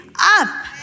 up